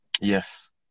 Yes